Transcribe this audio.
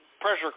pressure